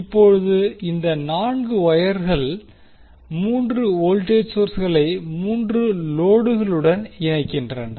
இப்போது இந்த 4 வொயர்கள் 3 வோல்டேஜ் சோர்ஸ்களை 3 லோடுகளுடன் இணைக்கின்றன